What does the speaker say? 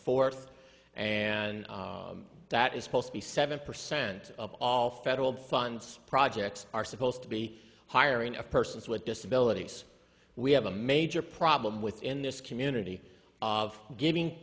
fourth and that is supposed to be seven percent of all federal funds projects are supposed to be hiring of persons with disabilities we have a major problem within this community of giving